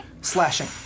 slashing